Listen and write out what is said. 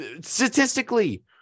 Statistically